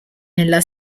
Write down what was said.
nella